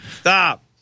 Stop